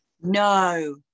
no